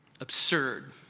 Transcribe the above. absurd